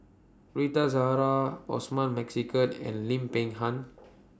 Rita Zahara Osman Merican and Lim Peng Han